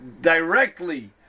directly